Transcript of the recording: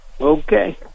okay